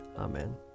Amen